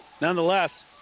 nonetheless